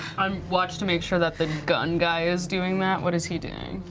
um watch to make sure that the gun guy is doing that. what is he doing?